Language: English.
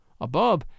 Above